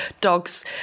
dogs